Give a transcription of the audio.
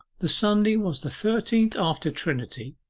the sunday was the thirteenth after trinity,